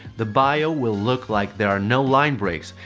the bio will look like there are no line breaks,